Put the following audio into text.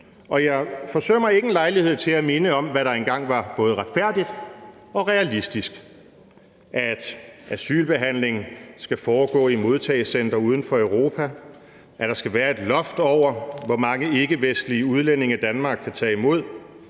og jeg forsømmer ingen lejlighed til at minde om, hvad der engang var både retfærdigt og realistisk. Det var, at asylbehandling skal foregå i modtagecentre uden for Europa, at der skal være et loft over, hvor mange ikkevestlige udlændinge Danmark kan tage imod,